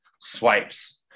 swipes